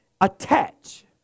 attach